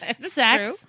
sex